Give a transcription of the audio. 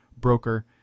broker